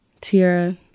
Tiara